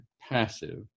passive